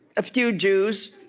a few jews